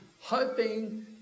hoping